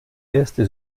erste